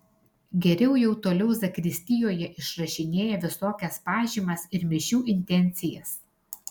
geriau jau toliau zakristijoje išrašinėja visokias pažymas ir mišių intencijas